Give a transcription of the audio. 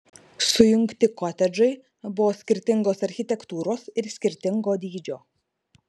sujungti kotedžai buvo skirtingos architektūros ir skirtingo dydžio